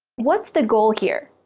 what's the goal here?